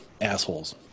assholes